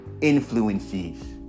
influences